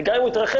וגם אם הוא יתרחב,